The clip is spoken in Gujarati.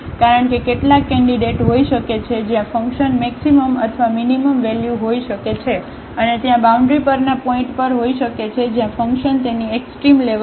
કારણ કે કેટલાક કેન્ડિડેટ હોઈ શકે છે જ્યાં ફંકશન મેક્સિમમ અથવા મીનીમમ વેલ્યુ હોય શકે છે અને ત્યાં બાઉન્ડ્રી પરના પોઇન્ટ પર હોઈ શકે છે જ્યાં ફંકશન તેની એક્સ્ટ્રીમ લેવલ પર હશે